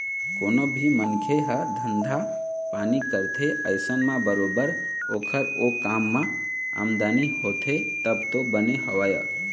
कोनो भी मनखे ह धंधा पानी करथे अइसन म बरोबर ओखर ओ काम म आमदनी होथे तब तो बने हवय